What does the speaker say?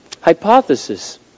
hypothesis